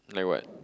like what